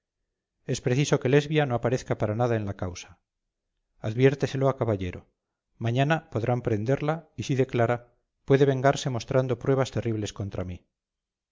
es preciso que lesbia no aparezca para nada en la causa adviérteselo a caballero mañana podrían prenderla y si declara puede vengarse mostrando pruebas terribles contra mí